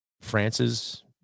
France's